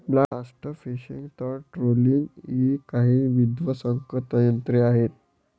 blast fishing, तळ trawling इ काही विध्वंसक तंत्रे आहेत